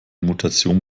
mutation